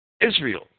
Israel